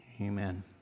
Amen